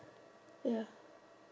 ya